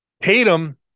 Tatum